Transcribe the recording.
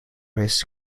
his